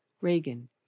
reagan